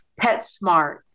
PetSmart